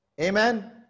Amen